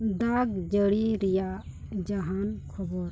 ᱫᱟᱜ ᱡᱟᱹᱲᱤ ᱨᱮᱭᱟᱜ ᱡᱟᱦᱟᱱ ᱠᱷᱚᱵᱚᱨ